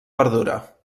verdura